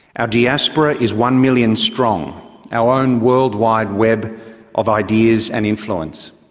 our diaspora is one million strong our own world wide web of ideas and influence.